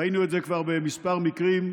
ראינו את זה כבר בכמה מקרים.